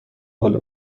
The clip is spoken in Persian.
بالا